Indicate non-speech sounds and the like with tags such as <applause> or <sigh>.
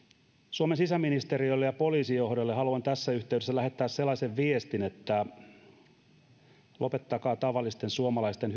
suomen sisäministeriölle ja poliisijohdolle haluan tässä yhteydessä lähettää sellaisen viestin että lopettakaa hyödytön tavallisten suomalaisten <unintelligible>